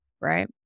right